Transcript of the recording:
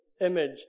image